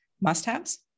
must-haves